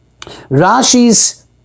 Rashi's